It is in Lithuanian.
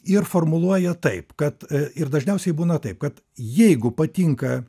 ir formuluoja taip kad ir dažniausiai būna taip kad jeigu patinka